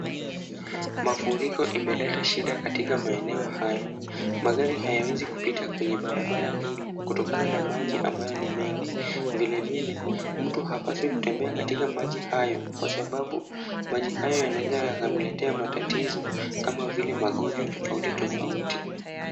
Mafuriko imeleta shida katika maeneo haya. Magari hayawezi kupita kwenye barabara hili kutokana na maji ambayo ni mengi. Vilevile mtu hapaswi kutembea katika maji hayo kwa sababu maji hayo yanaeza yakamletea matatizo kama vile magonjwa tofauti tofauti.